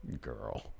girl